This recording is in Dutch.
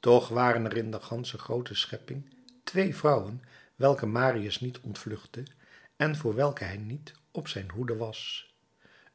toch waren er in de gansche groote schepping twee vrouwen welke marius niet ontvluchtte en voor welke hij niet op zijn hoede was